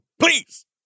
please